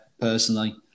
personally